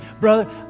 brother